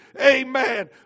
Amen